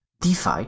DeFi